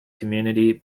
community